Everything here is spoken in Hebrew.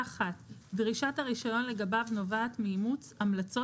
דרישת הרישיון לגביו נובעת מאימוץ המלצות